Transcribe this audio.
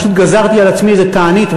פשוט גזרתי על עצמי איזה תענית,